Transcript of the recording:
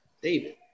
David